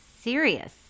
serious